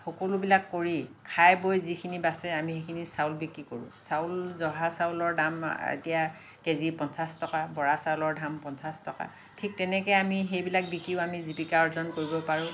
সকলোবিলাক কৰি খাই বৈ যিখিনি বাচে আমি সেইখিনি চাউল বিক্ৰী কৰোঁ চাউল জহা চাউলৰ দাম এতিয়া কেজি পঞ্চাছ টকা বৰা চাউলৰ ধান পঞ্চাছ টকা ঠিক তেনেকৈ আমি সেইবিলাক বিক্ৰীও আমি জীৱিকা অৰ্জন কৰিব পাৰোঁ